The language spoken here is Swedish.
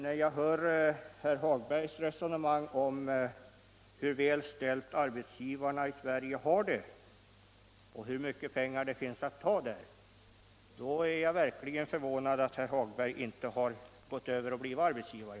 När jag hör herr Hagbergs resonemang om hur väl ställt arbetsgivarna i Sverige har det och hur mycket pengar det finns att ta där är jag verkligen förvånad över att herr Hagberg inte har gått över och blivit arbetsgivare.